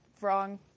wrong